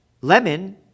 Lemon